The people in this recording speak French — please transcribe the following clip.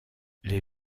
les